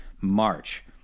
March